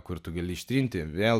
kur tu gali ištrinti vėl